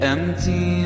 Empty